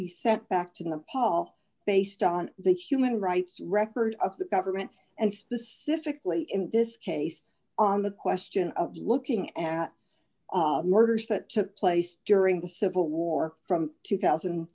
he sent back to nepal based on the human rights record of the government and specifically in this case on the question of looking at murders that took place during the civil war from two thousand